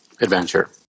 Adventure